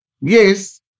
Yes